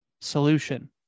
solution